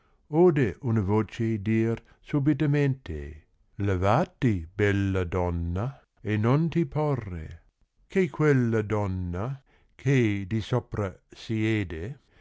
ode una voce dir subitamente levati bella donna e non ti porre che quella donna che di sopra siede